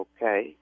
Okay